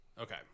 Okay